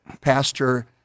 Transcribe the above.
Pastor